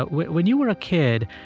but when when you were a kid,